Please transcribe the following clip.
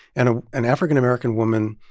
and ah an african american woman,